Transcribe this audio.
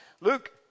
Luke